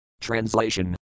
Translation